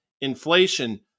inflation